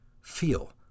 feel